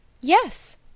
Yes